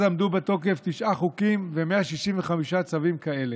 אז עמדו בתוקף תשעה חוקים ו-165 צווים כאלה.